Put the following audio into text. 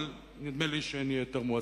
אבל נדמה לי שנהיה יותר מוסריים.